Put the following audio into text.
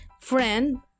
friend